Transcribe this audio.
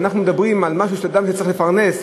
כשאנחנו מדברים על אדם שצריך לפרנס,